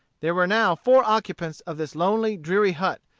there were now four occupants of this lonely, dreary hut,